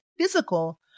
physical